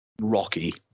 rocky